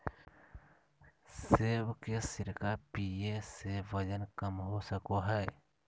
सेब के सिरका पीये से वजन कम हो सको हय